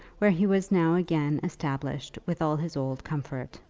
where he was now again established with all his old comfort.